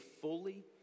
fully